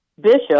Bishop